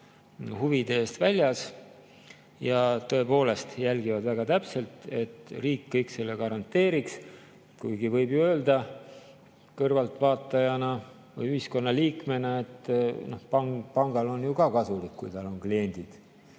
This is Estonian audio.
huvide eest väljas. Nad tõepoolest jälgivad väga täpselt, et riik kõik garanteeriks, kuigi kõrvaltvaatajana või ühiskonnaliikmena võib öelda, et pangale on ju ka kasulik, kui tal on kliendid.